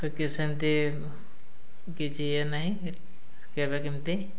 କି ସେମିତି କିଛି ଇଏ ନାହିଁ କେବେ କେମିତି